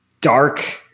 dark